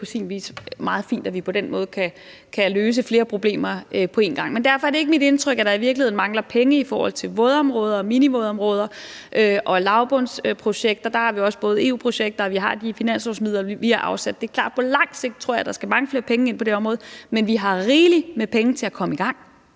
at vi på den måde kan løse flere problemer på én gang. Men derfor er det ikke mit indtryk, at der i virkeligheden mangler penge i forhold til vådområder og minivådområder og lavbundsprojekter; der har vi også både EU-projekter, og vi har de finanslovsmidler, vi har afsat. Det er klart, at på langt sigt tror jeg der skal mange flere penge ind på det område, men vi har rigeligt med penge til at komme i gang.